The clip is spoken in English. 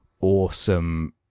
awesome